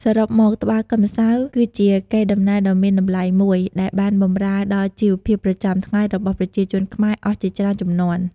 សរុបមក ត្បាល់កិនម្សៅគឺជាកេរដំណែលដ៏មានតម្លៃមួយ ដែលបានបម្រើដល់ជីវភាពប្រចាំថ្ងៃរបស់ប្រជាជនខ្មែរអស់ជាច្រើនជំនាន់។